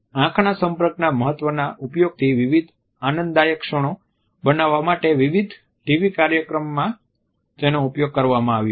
આંખના સંપર્કના મહત્વના ઉપયોગથી વિવિધ આનંદદાયક ક્ષણો બનાવવા માટે વિવિધ TV કાર્યક્રમમાં તેનો ઉપયોગ કરવામાં આવ્યો છે